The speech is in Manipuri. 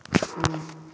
ꯎꯝ